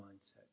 mindset